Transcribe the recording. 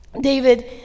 David